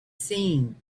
seen